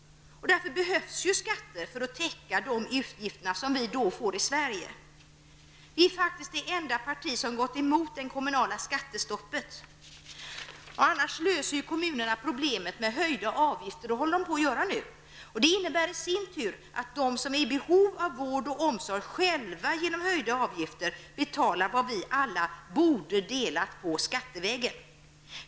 Därför behövs skatter för att täcka de utgifter som vi då får i Sverige. Miljöpartiet är det enda parti som gått emot det kommunala skattestoppet. Annars löser kommunerna problemet med höjda avgifter, vilket de nu håller på att göra. Det innebär i sin tur att de som är i behov av vård och omsorg själva genom höjda avgifter måste betala det som vi alla borde dela på skattevägen.